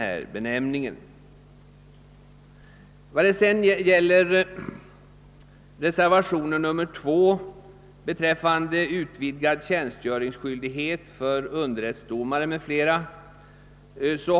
I reservationen 2 har tre ledamöter gått emot propositionsförslaget beträffande utvidgad tjänstgöringsskyldighet för underrättsdomare m.fl.